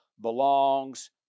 belongs